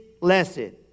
lesson